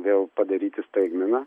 vėl padaryti staigmeną